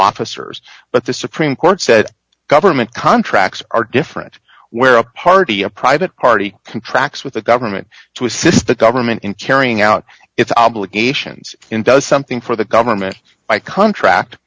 officers but the supreme court said government contracts are different where a party a private party contract with the government to assist the government in carrying out its obligations in does something for the government by contract